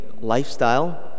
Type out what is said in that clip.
lifestyle